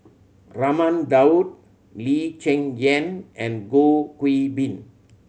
Raman Daud Lee Cheng Yan and Goh Gui Bin